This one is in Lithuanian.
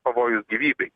pavojus gyvybei